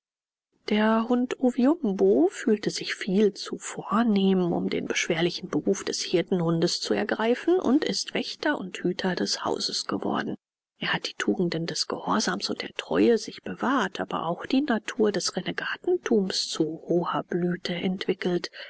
der hund oviumbo fühlte sich viel zu vornehm um den beschwerlichen beruf des hirtenhundes zu ergreifen und ist wächter und hüter des hauses geworden er hat die tugenden des gehorsams und der treue sich bewahrt aber auch die natur des renegatentums zu hoher blüte entwickelt